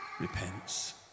repents